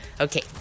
Okay